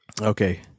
okay